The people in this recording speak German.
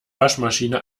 waschmaschine